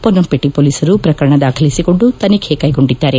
ಪೊನ್ನಂಪೇಟೆ ಪೊಲೀಸರು ಪ್ರಕರಣ ದಾಖಲಿಸಿಕೊಂಡು ತನಿಖೆ ಕೈಗೊಂಡಿದ್ದಾರೆ